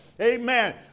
Amen